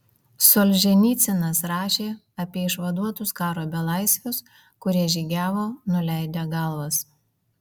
solženicynas rašė apie išvaduotus karo belaisvius kurie žygiavo nuleidę galvas